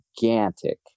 gigantic